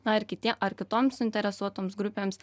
na ar kitie ar kitom suinteresuotoms grupėms